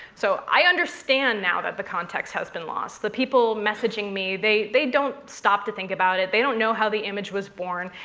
so i understand now that the context has been lost. the people messaging me, they they don't stop to think about it, they don't know how the image was born.